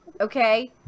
okay